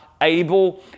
Abel